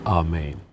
amen